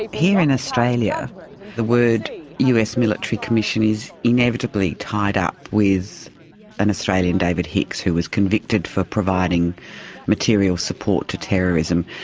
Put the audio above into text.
ah here in australia the word us military commission is inevitably tied up with an australian, david hicks, who was convicted for providing material support to terrorism.